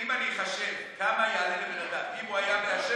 אם אני אחשב כמה יעלה לבן אדם אם הוא היה מעשן,